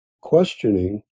questioning